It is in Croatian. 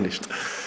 Ništa.